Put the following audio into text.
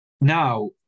now